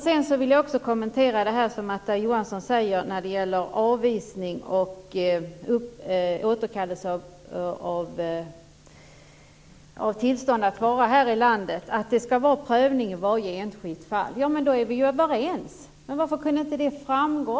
Jag vill också kommentera det Märta Johansson sade när det gäller avvisning och återkallelse av tillstånd att vara här i landet, nämligen att det ska vara prövning i varje enskilt fall. Då är vi ju överens. Varför kunde inte det framgå?